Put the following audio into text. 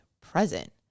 present